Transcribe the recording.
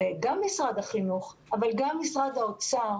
כאשר גם משרד החינוך וגם משרד האוצר